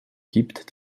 gibt